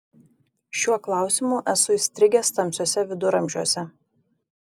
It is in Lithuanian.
šiuo klausimu esu įstrigęs tamsiuose viduramžiuose